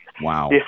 Wow